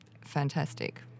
fantastic